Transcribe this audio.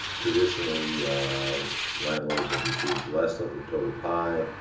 traditionally landlords have received less of the total pie.